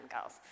girls